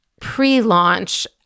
pre-launch